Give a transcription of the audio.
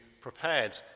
prepared